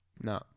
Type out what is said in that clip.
No